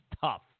tough